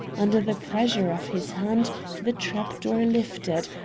under the pressure of his hand the trap door lifted,